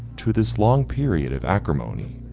to this long period of acrimony.